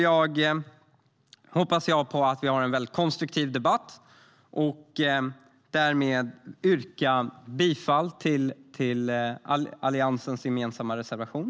Jag hoppas på en konstruktiv debatt och yrkar därmed bifall till Alliansens gemensamma reservation.